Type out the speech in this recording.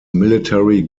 military